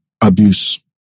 abuse